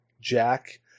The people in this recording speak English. Jack